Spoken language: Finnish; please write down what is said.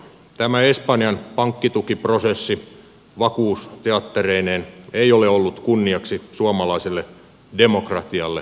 tämä espanjan pankkitukiprosessi vakuusteattereineen ei ole ollut kunniaksi suomalaiselle demokratialle ja parlamentarismille